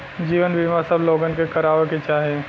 जीवन बीमा सब लोगन के करावे के चाही